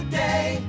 day